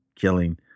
killing